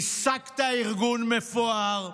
ריסקת ארגון מפואר,